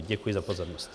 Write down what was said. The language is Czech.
Děkuji za pozornost.